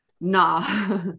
nah